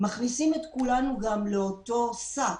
גם מכניסים את כולנו לאותו שק,